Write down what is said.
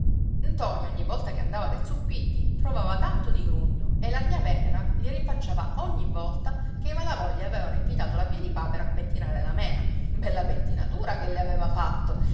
ntoni ogni volta che andava dai zuppiddi trovava tanto di grugno e la gnà venera gli rinfacciava ogni volta che i malavoglia avevano invitato la piedipapera a pettinare la mena bella pettinatura che le aveva fatto